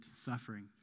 suffering